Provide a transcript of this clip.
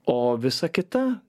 o visa kita